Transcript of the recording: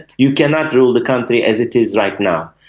you cannot rule the country as it is right now.